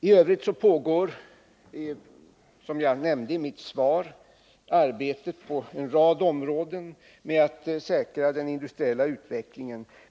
I övrigt pågår, som jag nämnde i mitt svar, arbete på en rad områden med att säkra den industriella utvecklingen.